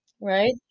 Right